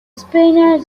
spaniards